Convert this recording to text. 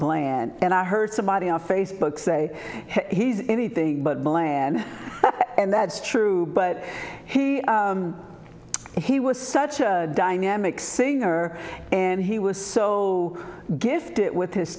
bland and i heard somebody on facebook say he's anything but bland and that's true but he was such a dynamic singer and he was so gifted with his